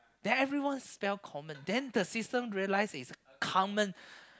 then everyone spell common then the system realize it's common